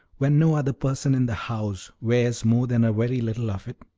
when no other person in the house wears more than a very little of it?